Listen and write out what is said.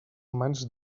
humans